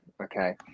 okay